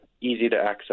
easy-to-access